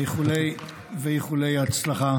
ואיחולי הצלחה